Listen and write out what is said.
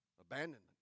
abandonment